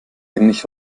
eigentlich